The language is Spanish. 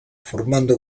formando